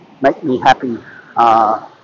make-me-happy